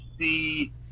see